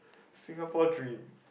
Singapore dream